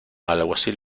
alguacil